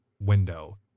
window